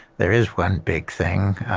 there is one big thing